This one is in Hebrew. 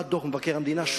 בא דוח מבקר המדינה,